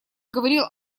говорил